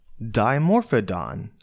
Dimorphodon